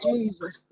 Jesus